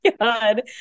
God